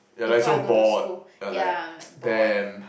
before I go to school ya I'm like bored